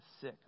sick